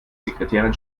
sekretärin